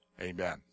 Amen